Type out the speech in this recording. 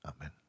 Amen